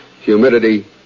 humidity